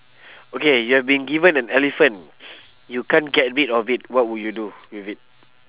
okay you have been given an elephant you can't get rid of it what would you do with it